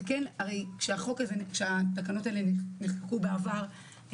הרי כשהתקנות האלה נחקקו בעבר,